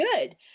good